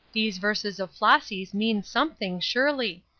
these verses of flossy's mean something, surely.